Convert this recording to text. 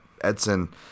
Edson